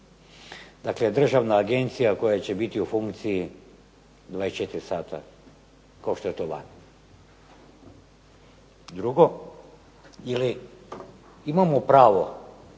Dakle, Državna agencija koja će biti u funkciji 24 sata kao što je to vani. Drugo, ili imamo pravo